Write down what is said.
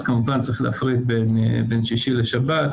אז כמובן צריך להפריד בין שישי לשבת,